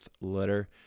letter